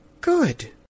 Good